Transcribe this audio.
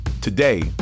Today